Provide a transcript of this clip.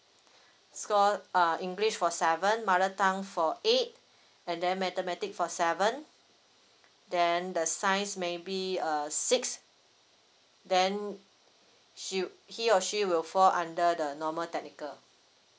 score uh english for seven mother tongue for eight and then mathematic for seven then the science maybe a six then she'll he or she will fall under the normal technical